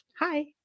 Hi